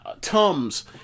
Tums